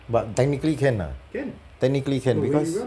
but technically can ah technically can because